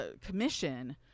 commission